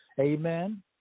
Amen